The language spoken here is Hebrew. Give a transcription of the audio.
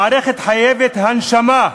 המערכת חייבת הנשמה.